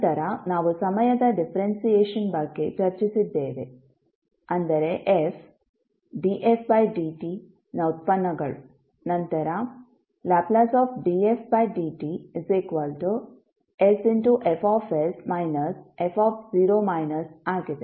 ನಂತರ ನಾವು ಸಮಯದ ಡಿಫರೆನ್ಸಿಯೇಶನ್ ಬಗ್ಗೆ ಚರ್ಚಿಸಿದ್ದೇವೆ ಅಂದರೆ f dfdt ನ ಉತ್ಪನ್ನಗಳು ನಂತರLdfdt sFs f ಆಗಿದೆ